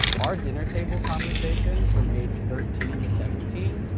our dinner table conversation, from age thirteen to seventeen,